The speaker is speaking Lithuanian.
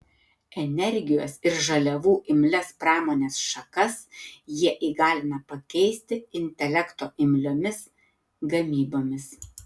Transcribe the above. energijos ir žaliavų imlias pramonės šakas jie įgalina pakeisti intelekto imliomis gamybomis